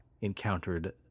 encountered